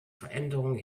veränderung